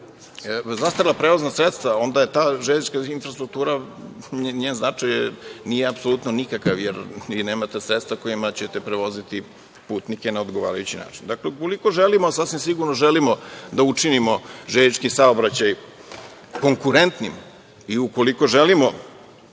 zastarela prevozna sredstva, onda je ta železnička infrastruktura, njen značaj nije apsolutno nikakav, jer nemate sredstva kojima ćete prevoziti putnike na odgovarajući način. Dakle, ukoliko želimo, a sasvim sigurno želimo da učinimo železnički saobraćaj konkurentnim i ukoliko želimo